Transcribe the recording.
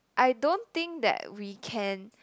I don't think that we can